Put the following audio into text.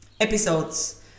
episodes